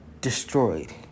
destroyed